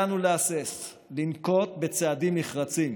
אל לנו להסס לנקוט צעדים נחרצים